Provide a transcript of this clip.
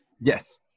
Yes